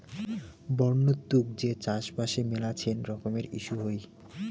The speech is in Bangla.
বন্য তুক যে চাষবাসে মেলাছেন রকমের ইস্যু হই